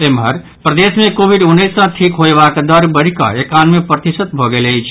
एम्हर प्रदेश मे कोविड उन्नैस सँ ठीक होयबाक दर बढ़िकऽ एकानवे प्रतिशत भऽ गेल अछि